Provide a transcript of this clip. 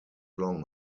long